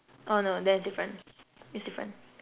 oh no then is different it's different